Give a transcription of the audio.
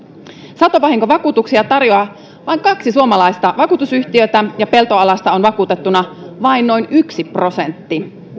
satovahinkovakuutuksia tarjoaa vain kaksi suomalaista vakuutusyhtiötä ja peltoalasta on vakuutettuna vain noin yksi prosentti